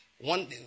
One